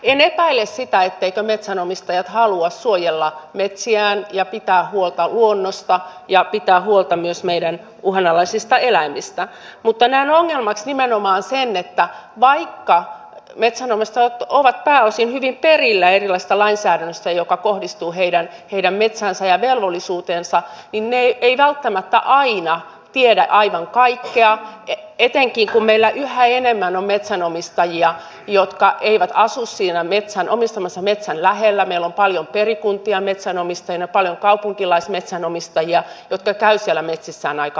en epäile sitä etteivätkö metsänomistajat halua suojella metsiään ja pitää huolta luonnosta ja pitää huolta myös meidän uhanalaisista eläimistä mutta näen ongelmaksi nimenomaan sen että vaikka metsänomistajat ovat pääosin hyvin perillä erilaisista lainsäädännöistä jotka kohdistuvat heidän metsäänsä ja velvollisuuteensa niin he eivät välttämättä aina tiedä aivan kaikkea etenkään kun meillä yhä enemmän on metsänomistajia jotka eivät asu siinä omistamansa metsän lähellä meillä on paljon perikuntia metsänomistajina paljon kaupunkilaismetsänomistajia jotka käyvät siellä metsissään aika harvoin